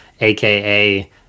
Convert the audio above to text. aka